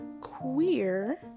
queer